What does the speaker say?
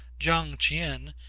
chang ch'ien,